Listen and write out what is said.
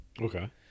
Okay